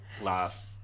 last